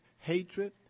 hatred